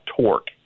torque